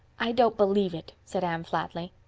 i don't believe it, said anne flatly.